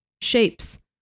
shapes